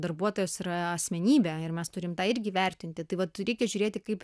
darbuotojas yra asmenybė ir mes turime tą irgi vertinti tai vat reikia žiūrėti kaip